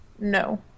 no